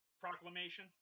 proclamation